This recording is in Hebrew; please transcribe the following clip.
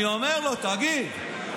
אני אומר לו: תגיד,